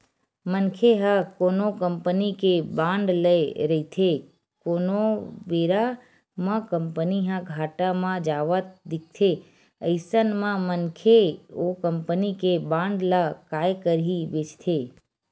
मनखे ह कोनो कंपनी के बांड ले रहिथे कोनो बेरा म कंपनी ह घाटा म जावत दिखथे अइसन म मनखे ओ कंपनी के बांड ल काय करही बेंचथे